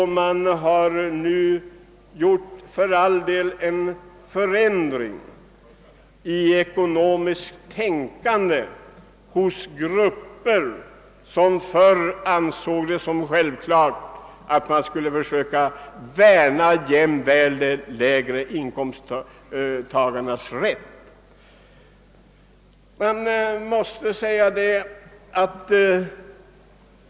Man har, för all del, lyckats åstadkomma förändringar med avseende på det ekonomiska tänkandet hos grupper, som tidigare ansåg det vara självklart att också söka värna de lägre inkomsttagarnas rätt.